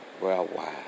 worldwide